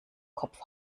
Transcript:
kopf